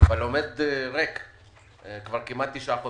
אבל עומד ריק כבר כמעט תשעה חודשים,